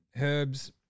Herbs